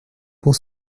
pour